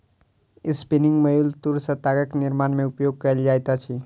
spinning mule तूर सॅ तागक निर्माण में उपयोग कएल जाइत अछि